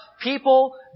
People